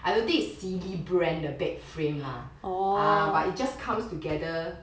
I don't think it's sealy brand 的 bed frame lah ah but it just comes together